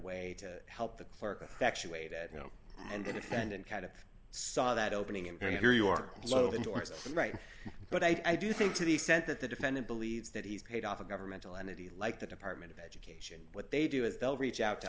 actuated you know and the defendant kind of saw that opening and here you are below the doors all right but i do think to the extent that the defendant believes that he's paid off a governmental entity like the department of education what they do is they'll reach out to